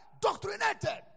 Doctrinated